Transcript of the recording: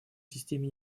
системе